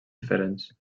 diferents